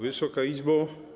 Wysoka Izbo!